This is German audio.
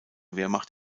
wehrmacht